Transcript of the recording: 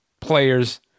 players